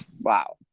wow